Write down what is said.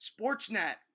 Sportsnet